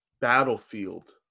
battlefield